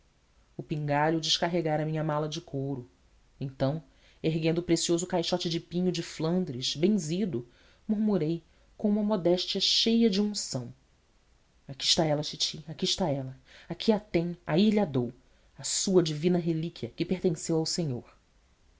o pingalho descarregara a minha mala de couro então erguendo o precioso caixote de pinho de flandres benzido murmurei com uma modéstia cheia de unção aqui está ela titi aqui está ela aqui a tem aí lha dou a sua divina relíquia que pertenceu ao senhor